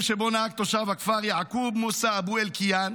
שבו נהג תושב הכפר יעקוב מוסא אבו אלקיעאן.